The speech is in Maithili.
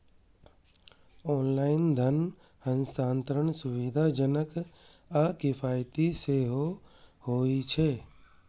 ऑनलाइन धन हस्तांतरण सुविधाजनक आ किफायती सेहो होइ छै